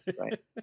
right